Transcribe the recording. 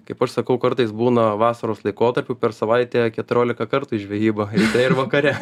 kaip aš sakau kartais būna vasaros laikotarpiu per savaitę keturiolika kartų į žvejybą ryte ir vakare